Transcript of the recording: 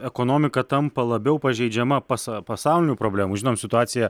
ekonomika tampa labiau pažeidžiama pas pasaulinių problemų žinom situaciją